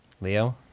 Leo